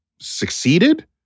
succeeded